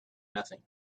nothing